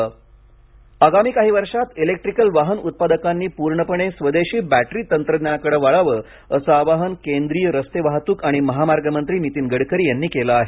नीतीन गडकरी आगामी काही वर्षांत इलेक्ट्रिकल वाहन उत्पादकांनी पूर्णपणे स्वदेशी बॅटरी तंत्रज्ञानाकडे वळावं असं आवाहन केंद्रीय रस्ते वाहतूक आणि महामार्ग मंत्री नीतीन गडकरी यांनी केलं आहे